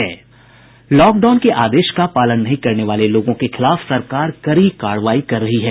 lockdown के आदेश का पालन नहीं करने वाले लोगों के खिलाफ सरकार कड़ी कार्रवाई कर रही है